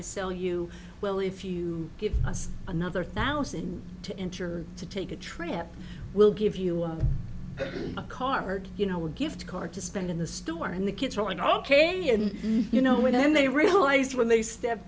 to sell you well if you give us another thousand to enter to take a trip we'll give you a card you know a gift card to spend in the store and the kids will in all cases and you know when they realize when they step